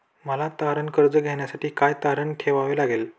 मला तारण कर्ज घेण्यासाठी काय तारण ठेवावे लागेल?